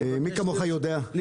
אני מקווה שזאת תחילתה של ידידות.